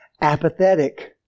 apathetic